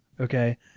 Okay